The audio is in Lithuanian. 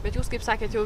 bet jūs kaip sakėt jau